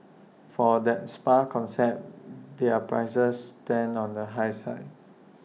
for that spa concept their prices stand on the high side